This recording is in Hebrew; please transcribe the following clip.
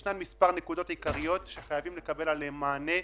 יש מספר נקודות עיקריות שחייבים לקבל עליהן מענה,